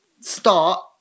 start